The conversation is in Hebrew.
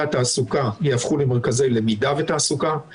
התעסוקה יהפכו ל"מרכזי למידה ותעסוקה";